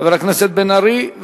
חבר הכנסת בן-ארי,